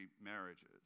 marriages